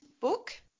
book